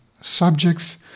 subjects